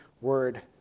word